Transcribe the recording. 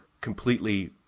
completely